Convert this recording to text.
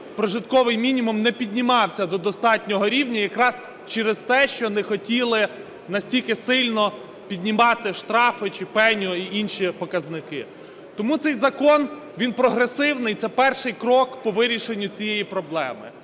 прожитковий мінімум не піднімався до достатнього рівня якраз через те, що не хотіли настільки сильно піднімати штрафи чи пеню і інші показники. Тому цей закон, він прогресивний, це перший крок по вирішенню цієї проблеми.